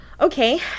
Okay